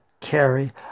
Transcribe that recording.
carry